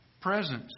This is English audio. presence